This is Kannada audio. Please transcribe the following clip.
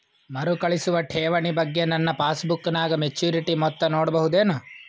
ಮರುಕಳಿಸುವ ಠೇವಣಿ ಬಗ್ಗೆ ನನ್ನ ಪಾಸ್ಬುಕ್ ನಾಗ ಮೆಚ್ಯೂರಿಟಿ ಮೊತ್ತ ನೋಡಬಹುದೆನು?